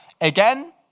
Again